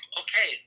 okay